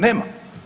Nema.